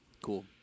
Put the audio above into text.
Cool